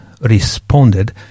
responded